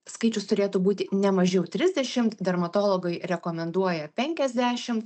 skaičius turėtų būti ne mažiau trisdešimt dermatologai rekomenduoja penkiasdešimt